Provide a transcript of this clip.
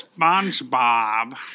SpongeBob